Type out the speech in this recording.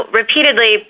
repeatedly